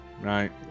right